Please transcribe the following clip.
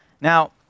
now